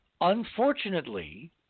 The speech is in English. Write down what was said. Unfortunately